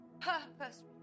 purpose